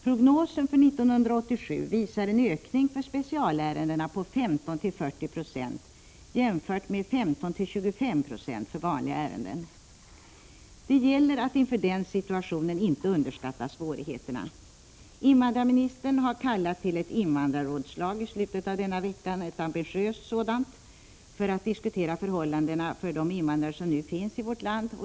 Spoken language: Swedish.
Prognosen för 1987 visar en ökning för specialärendena med 15-40 96, jämfört med 15-25 96 för vanliga ärenden. Det gäller att inför den situationen inte underskatta svårigheterna. Invandrarministern har kallat till ett invandrarrådslag i slutet av denna vecka, ett ambitiöst sådant, för att diskutera förhållandena för de invandrare som nu finns i vårt land.